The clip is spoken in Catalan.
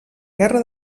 guerra